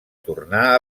tornar